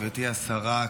גברתי השרה,